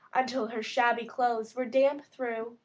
until her shabby clothes were damp through.